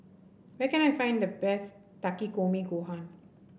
where can I find the best Takikomi Gohan